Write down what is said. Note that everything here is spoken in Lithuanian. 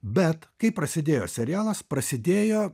bet kai prasidėjo serialas prasidėjo